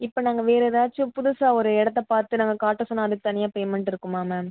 இப்போ நாங்கள் வேறு ஏதாச்சும் புதுசாக ஒரு இடத்த பார்த்து நாங்கள் காட்ட சொன்னால் அதுக்கு தனியாக பேமெண்ட் இருக்குமா மேம்